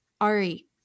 Ari